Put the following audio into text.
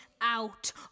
out